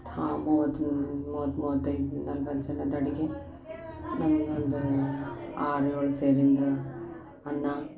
ಹಾಂ ಮೂವತ್ತು ಮೂವ ಮೂವತೈದು ನಲ್ವತ್ತು ಜನದ ಅಡುಗೆ ನಮ್ಗ ಒಂದೂ ಆರು ಏಳು ಸೇರಿಂದ ಅನ್ನ